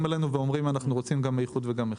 אלינו ואומרים שהם רוצים גם איכות וגם מחיר.